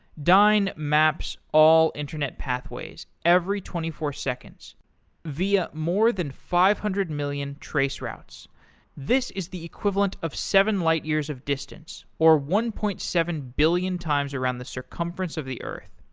dyn maps all internet pathways every twenty four seconds via more than five hundred million traceroutes. this is the equivalent of seven light years of distance, or one point seven billion times around the circumference of the earth.